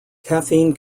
caffeine